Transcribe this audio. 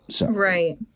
Right